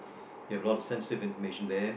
you have a lot of sensitive information there